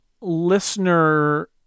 Listener